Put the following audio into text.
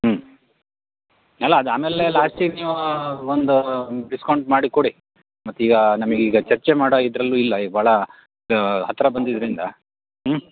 ಹ್ಞೂ ಅಲ್ಲ ಅದು ಆಮೇಲೆ ಲಾಸ್ಟಿಗೆ ನೀವು ಒಂದು ಡಿಸ್ಕೌಂಟ್ ಮಾಡಿ ಕೊಡಿ ಮತ್ತೆ ಈಗ ನಮಿಗೆ ಈಗ ಚರ್ಚೆ ಮಾಡೊ ಇದ್ರಲ್ಲು ಇಲ್ಲ ಈಗ ಭಾಳ ಹತ್ತಿರ ಬಂದಿದ್ದರಿಂದ ಹ್ಞೂ